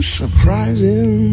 surprising